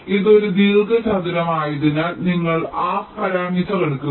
ഇത് ഒരു ദീർഘചതുരം ആയതിനാൽ നിങ്ങൾ ഹാഫ് പരാമീറ്റർ എടുക്കുക